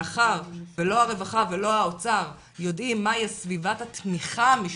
מאחר ולא הרווחה ולא האוצר יודעים מהי סביבת התמיכה המשפחתית,